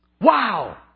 Wow